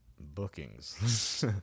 Bookings